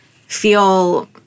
feel